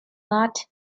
lot